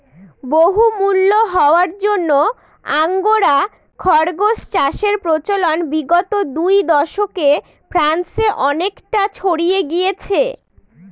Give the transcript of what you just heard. বহুমূল্য হওয়ার জন্য আঙ্গোরা খরগোস চাষের প্রচলন বিগত দু দশকে ফ্রান্সে অনেকটা ছড়িয়ে গিয়েছে